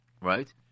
Right